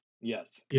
Yes